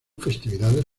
festividades